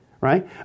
right